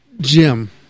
Jim